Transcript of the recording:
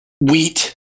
wheat